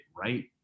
right